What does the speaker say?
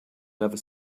never